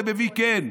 כן,